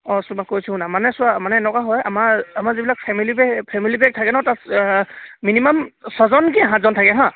অঁ চোৱা কৈছোঁ শুনা মানে চোৱা মানে এনেকুৱা হয় আমাৰ আমাৰ যিবিলাক ফেমিলি পেক ফেমিলি পেক থাকে নহ্ তাত মিনিমাম ছজনকৈ সাতজন থাকে হাঁ